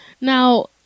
Now